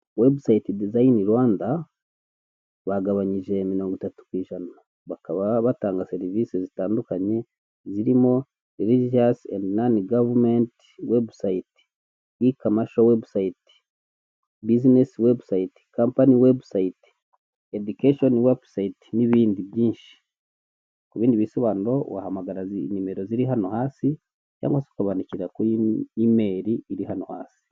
Webusayiti dizayini Rwanda, bagabanyije mirongo itatu ku ijana. Bakaba batanga serivisi zitandukanye, zirimo rerijiyasi endi nani gavumenti webusayiti, ikamasho webusayiti, bizinesi webusayiti, kampani webusayiti, edikesheni webusayiti n'ibindi byinshi. Ku bindi bisobanuro, wahamagara nimero ziri hano hasi cyangwa se ukabandikira kuri imeri iri hano hasi.